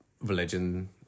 religion